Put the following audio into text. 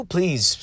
Please